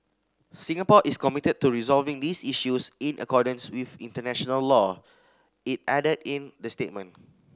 Singapore is committed to resolving these issues in accordance with international law it added in the statement